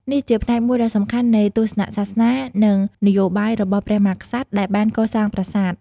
នេះជាផ្នែកមួយដ៏សំខាន់នៃទស្សនៈសាសនា និងនយោបាយរបស់ព្រះមហាក្សត្រដែលបានកសាងប្រាសាទ។